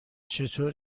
چطور